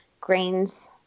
Grains